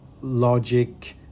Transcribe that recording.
logic